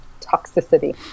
toxicity